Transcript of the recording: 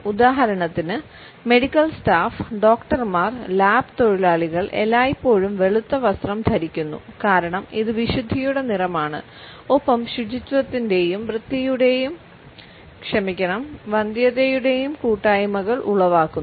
ഉദാഹരണത്തിന് medical staff ഡോക്ടർമാർ lab തൊഴിലാളികൾ എല്ലായ്പ്പോഴും വെളുത്ത വസ്ത്രം ധരിക്കുന്നു കാരണം ഇത് വിശുദ്ധിയുടെ നിറം ആണ് ഒപ്പം ശുചിത്വത്തിന്റെയും വന്ധ്യതയുടെയും കൂട്ടായ്മകൾ ഉളവാക്കുന്നു